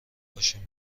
پاشیم